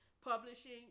Publishing